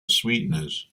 sweeteners